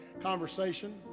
conversation